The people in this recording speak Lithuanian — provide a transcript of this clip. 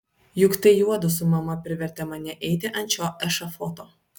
juk tai juodu su mama privertė mane eiti ant šio ešafoto